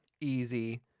easy